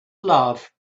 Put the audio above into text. love